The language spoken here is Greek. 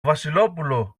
βασιλόπουλο